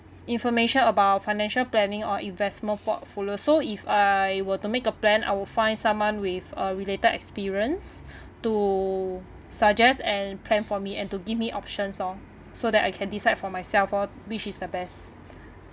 information about financial planning or investment portfolio so if I were to make a plan I would find someone with a related experience to suggest and plan for me and to give me options orh so that I can decide for myself orh which is the best